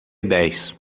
dez